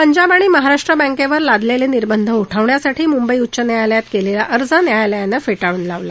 पंजाब आणि महाराष्ट्र बँकेवर लावलेले निर्बंध उठवण्यासाठी मुंबई उच्च न्यायालयात केलेला अर्ज न्यायालयालानं फेटाळून लावला